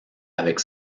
avec